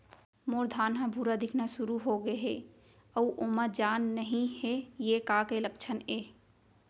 मोर धान ह भूरा दिखना शुरू होगे हे अऊ ओमा जान नही हे ये का के लक्षण ये?